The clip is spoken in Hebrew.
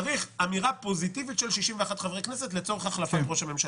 צריך אמירה פוזיטיבית של 61 חברי כנסת לצורך החלפת ראש הממשלה.